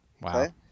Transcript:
Wow